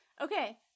Okay